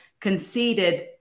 conceded